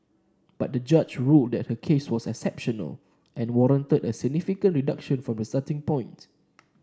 but the judge ruled that her case was exceptional and warranted a significant reduction from the starting point